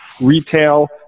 retail